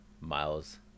Miles